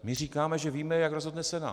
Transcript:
My říkáme, že víme, jak rozhodne Senát.